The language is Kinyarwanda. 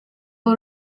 w’u